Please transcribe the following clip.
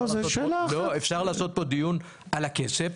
אפשר לעשות פה דיון על הכסף.